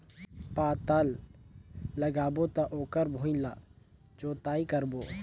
पातल लगाबो त ओकर भुईं ला जोतई करबो?